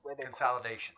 Consolidation